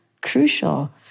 crucial